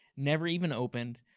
never even opened,